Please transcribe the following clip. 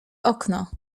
okno